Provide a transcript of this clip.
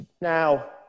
Now